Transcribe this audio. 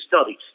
studies